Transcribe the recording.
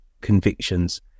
convictions